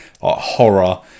horror